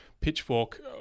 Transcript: pitchfork